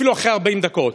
אפילו אחרי 40 דקות.